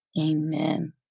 amen